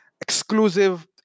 Exclusive